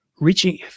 reaching